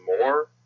more